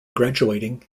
graduating